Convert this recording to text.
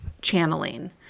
channeling